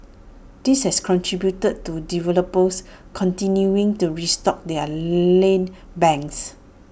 this has contributed to developers continuing to restock their land banks